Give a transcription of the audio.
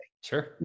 Sure